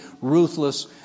ruthless